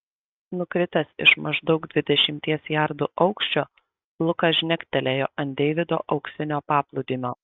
nukritęs iš maždaug dvidešimties jardų aukščio lukas žnektelėjo ant deivido auksinio paplūdimio